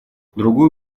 другую